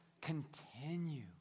continue